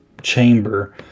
chamber